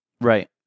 right